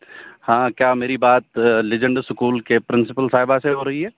ہاں کیا میری بات لیجنڈ اسکول کے پرنسپل صاحبہ سے ہو رہی ہے